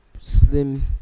Slim